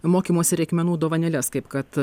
mokymosi reikmenų dovanėles kaip kad